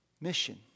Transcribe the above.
mission